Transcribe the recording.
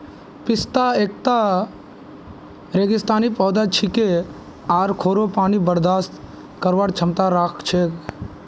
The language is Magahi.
पिस्ता एकता रेगिस्तानी पौधा छिके आर खोरो पानी बर्दाश्त करवार क्षमता राख छे